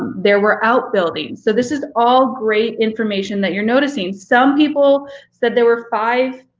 there were outbuildings. so this is all great information that you're noticing. some people said there were five